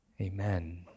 amen